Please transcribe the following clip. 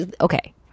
okay